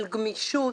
על גמישות,